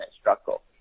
struggle